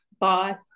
boss